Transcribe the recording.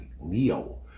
Neo